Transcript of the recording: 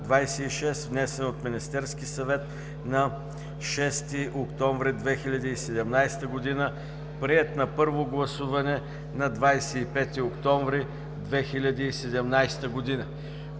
внесен от Министерския съвет на 6 октомври 2017 г., приет на първо гласуване на 25 октомври 2017 г.“